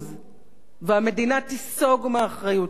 והמדינה תיסוג מאחריותה לבריאות.